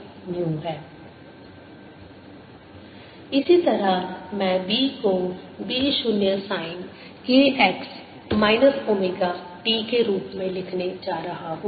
EE0sin 2πx 2πνt E0sin kx ωt k2π and ω2πν इसी तरह मैं B को B 0 sine k x minus omega t के रूप में लिखने जा रहा हूं